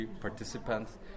participants